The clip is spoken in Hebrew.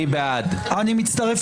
הצבעה לא אושרו.